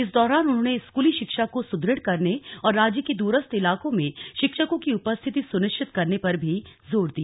इस दौरान उन्होंने स्कूली शिक्षा को सुदृढ़ करने और राज्य के दूरस्थ इलाकों में शिक्षकों की उपस्थिति सुनिश्चित करने पर भी जोर दिया